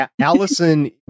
Allison